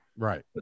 Right